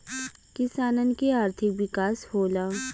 किसानन के आर्थिक विकास होला